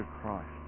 Christ